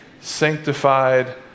sanctified